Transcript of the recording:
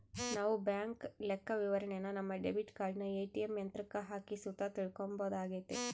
ನಾವು ಬ್ಯಾಂಕ್ ಲೆಕ್ಕವಿವರಣೆನ ನಮ್ಮ ಡೆಬಿಟ್ ಕಾರ್ಡನ ಏ.ಟಿ.ಎಮ್ ಯಂತ್ರುಕ್ಕ ಹಾಕಿ ಸುತ ತಿಳ್ಕಂಬೋದಾಗೆತೆ